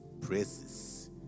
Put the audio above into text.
praises